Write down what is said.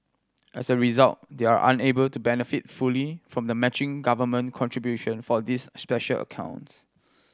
as a result they are unable to benefit fully from the matching government contribution for these special accounts